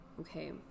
Okay